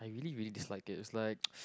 I really really dislike it it's like